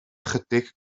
ychydig